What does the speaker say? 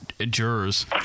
jurors